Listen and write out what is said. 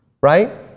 Right